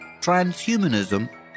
transhumanism